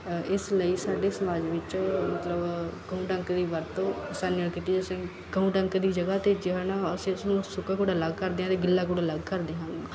ਇਸ ਲਈ ਸਾਡੇ ਸਮਾਜ ਵਿੱਚ ਮਤਲਬ ਗਊ ਡੰਕ ਦੀ ਵਰਤੋਂ ਅਸਾਨੀ ਨਾਲ ਕੀਤੀ ਜਾ ਸਕਦੀ ਗਊ ਡੰਕ ਦੀ ਜਗ੍ਹਾ 'ਤੇ ਜਿਹਨ ਅਸੀਂ ਉਸਨੂੰ ਸੁੱਕਾ ਕੂੜਾ ਅਲੱਗ ਕਰਦੇ ਹਾਂ ਅਤੇ ਗਿੱਲਾ ਕੂੜਾ ਅਲੱਗ ਕਰਦੇ ਹਾਂ